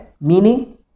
Meaning